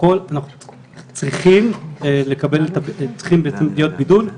בכול צריך להיות בידול.